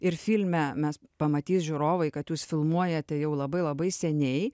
ir filme mes pamatys žiūrovai kad jūs filmuojate jau labai labai seniai